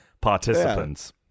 participants